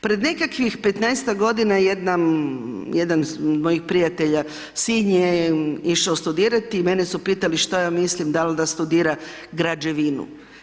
Pred nekakvih 15-ak godina jedan od mojih prijatelja sin je išao studirati i mene su pitali što ja mislim da li da studira građevinu.